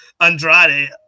Andrade